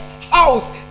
house